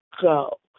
go